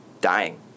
dying